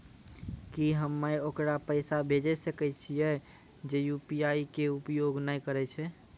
की हम्मय ओकरा पैसा भेजै सकय छियै जे यु.पी.आई के उपयोग नए करे छै?